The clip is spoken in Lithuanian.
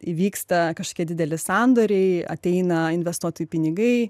įvyksta kažkokie dideli sandoriai ateina investuotojų pinigai